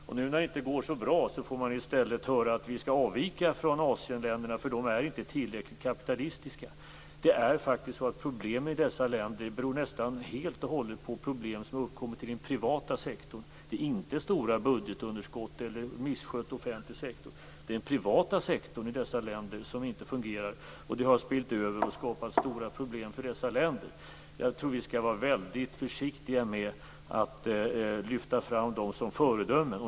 När det nu inte går så bra får vi i stället höra att vi skall avvika från Asienländerna därför att de inte är tillräckligt kapitalistiska. Det är så att problemen i dessa länder nästan helt och hållet beror på problem som har uppkommit i den privata sektorn. Det är inte stora budgetunderskott eller misskött offentlig sektor, utan det är den privata sektorn i dessa länder som inte fungerar. Det har spillt över och skapat stora problem för dessa länder. Jag tror att vi skall vara väldigt försiktiga med att lyfta fram dem som föredömen.